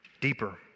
deeper